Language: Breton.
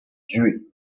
gwez